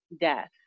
death